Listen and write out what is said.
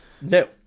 No